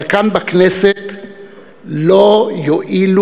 אבל כאן בכנסת לא יועילו